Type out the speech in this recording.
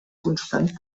constant